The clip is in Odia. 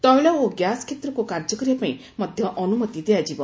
ତୈଳ ଓ ଗ୍ୟାସ୍ କ୍ଷେତ୍ରକୁ କାର୍ଯ୍ୟ କରିବାପାଇଁ ମଧ୍ୟ ଅନୁମତି ଦିଆଯିବ